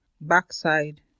backside